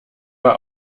war